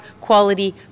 quality